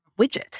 widget